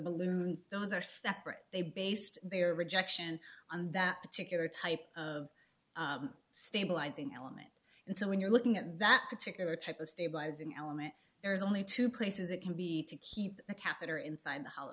balloon those are separate they based their rejection on that particular type of stabilizing element and so when you're looking at that particular type of stabilizing element there's only two places it can be to keep the catheter inside the ho